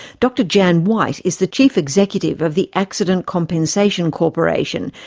dr jan white is the chief executive of the accident compensation corporation,